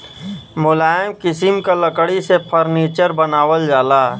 मुलायम किसिम क लकड़ी से फर्नीचर बनावल जाला